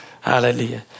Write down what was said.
Hallelujah